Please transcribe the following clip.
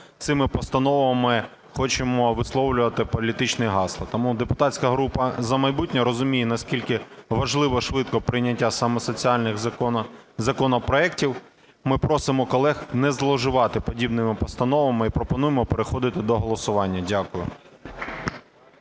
цими постановами хочемо висловлювати політичні гасла. Тому депутатська група "За майбутнє" розуміє, наскільки важливо швидке прийняття саме соціальних законопроектів. Ми просимо колег не зловживати подібними постановами і пропонуємо переходити до голосування. Дякую.